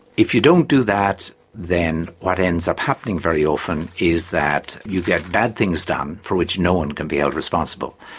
if you don't do that, then what ends up happening very often is that you get bad things done for which no one can be held responsible.